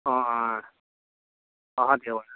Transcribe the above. অঁ অঁ